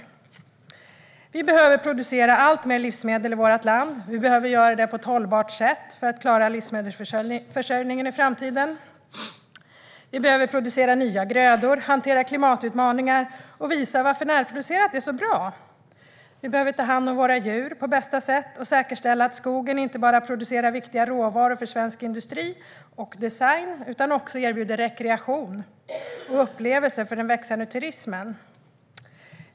Vi behöver producera alltmer livsmedel i vårt land, och vi behöver göra det på ett hållbart sätt för att klara livsmedelsförsörjningen i framtiden. Vi behöver producera nya grödor, hantera klimatutmaningar och visa varför närproducerat är så bra. Vi behöver ta hand om våra djur på bästa sätt och säkerställa att skogen inte bara producerar viktiga råvaror för svensk industri och design utan också erbjuder rekreation och upplevelser för den växande turismen.